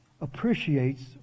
appreciates